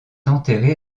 enterré